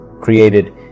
created